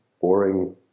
boring